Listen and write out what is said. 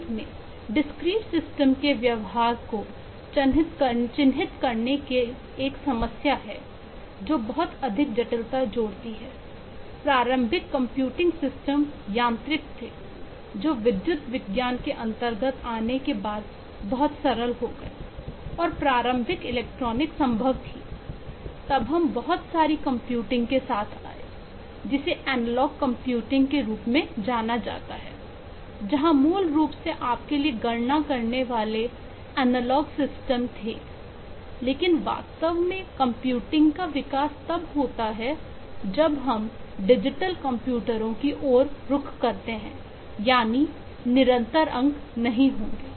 अंत में discrete system की ओर रुख करते हैं यानी निरंतर अंक नहीं होंगे